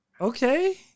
okay